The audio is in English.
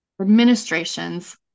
administration's